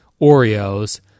Oreos